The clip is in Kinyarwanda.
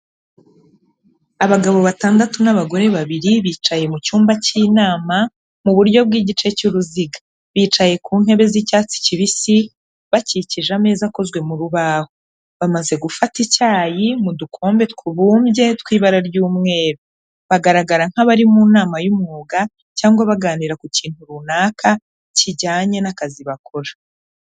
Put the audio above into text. Abagabo batandatu n'abagore babiri bicaye mu cyumba cy'inama mu buryo bw'igice cy'uruziga, bicaye ku ntebe z'icyatsi kibisi bakikije ameza akozwe mu rubaho, bamaze gufata icyayi mu dukombe tubumbye tw'ibara ry'umweru bagaragara nk'abari mu nama y'umwuga cyangwa baganira ku kintu runaka kijyanye n'akazi bakora.